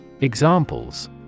Examples